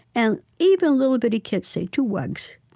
and even little, bitty kids say, two wugs.